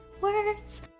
Words